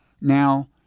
Now